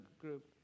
group